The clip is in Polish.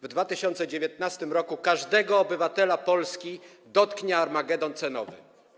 W 2019 r. każdego obywatela Polski dotknie armagedon cenowy.